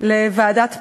לוועדת פרי,